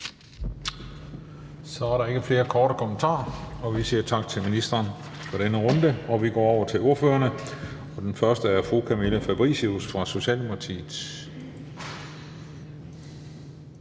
Så er der ikke flere korte bemærkninger, og vi siger tak til ministeren for denne runde. Vi går over til ordførerne, og den første er fru Camilla Fabricius fra Socialdemokratiet.